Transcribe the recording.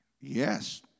Yes